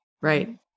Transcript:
Right